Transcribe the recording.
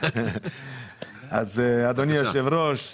אדוני היושב-ראש,